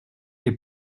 les